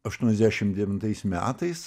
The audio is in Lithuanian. aštuoniasdešim devintais metais